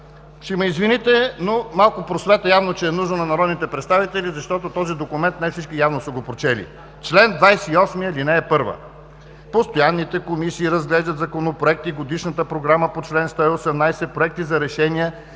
ще ме извините, но малко просвета, явно че е нужна на народните представители, защото този документ не всички явно са го прочели: „Чл. 28 (1) Постоянните комисии разглеждат законопроекти, годишната програма по чл. 118, проекти за решения,